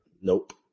nope